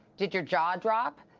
did your jaw drop?